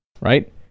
right